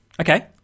Okay